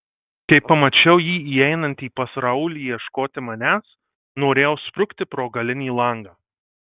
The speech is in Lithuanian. kai pamačiau jį įeinantį pas raulį ieškoti manęs norėjau sprukti pro galinį langą